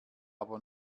aber